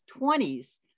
20s